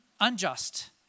unjust